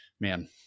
man